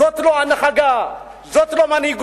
זאת לא הנהגה, זאת לא מנהיגות.